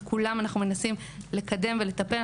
את כולן אנחנו מנסים לקדם ולטפל.